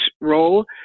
role